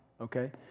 okay